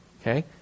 okay